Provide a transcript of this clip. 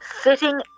sitting